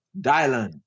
Dylan